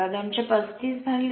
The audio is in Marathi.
235 250 0